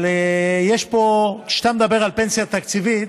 אבל כשאתה מדבר על פנסיה תקציבית,